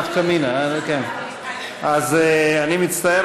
אז אי-אפשר,